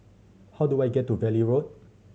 how do I get to Valley Road